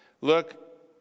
look